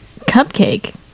Cupcake